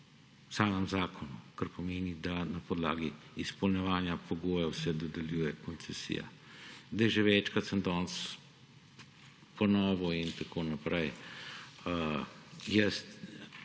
samem zakonu, kar pomeni, da se na podlagi izpolnjevanja pogojev dodeljuje koncesija. Že večkrat sem danes ponovil in tako naprej.